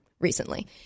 recently